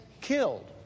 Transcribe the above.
killed